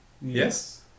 Yes